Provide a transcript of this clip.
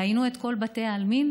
ראינו את כל בתי העלמין,